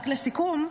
רק לסיכום,